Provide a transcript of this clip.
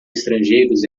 estrangeiros